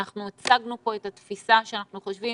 אנחנו הצגנו פה את התפיסה שאנחנו חושבים